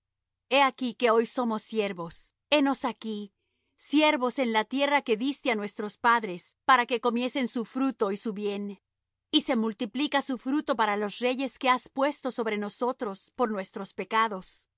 he aquí que hoy somos siervos henos aquí siervos en la tierra que diste á nuestros padres para que comiesen sus fruto y su bien y se multiplica su fruto para los reyes que has puesto sobre nosotros por nuestros pecados